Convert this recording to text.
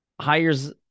hires